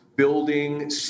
Building